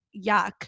yuck